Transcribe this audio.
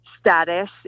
status